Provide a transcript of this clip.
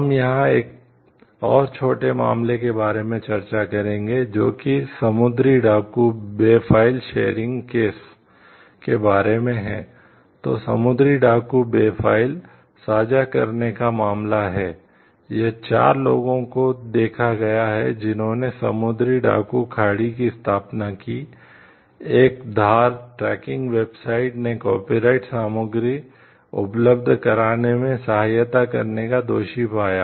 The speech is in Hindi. हम यहां एक और छोटे मामले के बारे में चर्चा करेंगे जो कि समुद्री डाकू बे फाइल शेयरिंग केस सामग्री उपलब्ध कराने में सहायता करने का दोषी पाया